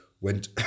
went